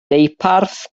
deuparth